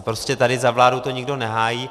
Prostě tady za vládu to nikdo nehájí.